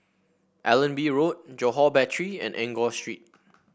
Allenby Road Johore Battery and Enggor Street